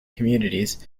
communities